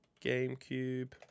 GameCube